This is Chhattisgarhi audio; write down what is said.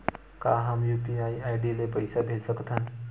का हम यू.पी.आई आई.डी ले पईसा भेज सकथन?